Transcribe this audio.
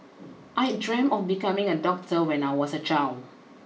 I dreamt of becoming a doctor when I was a child